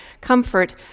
comfort